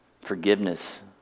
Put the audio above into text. forgiveness